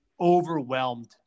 overwhelmed